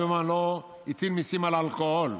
ליברמן לא הטיל מיסים על אלכוהול.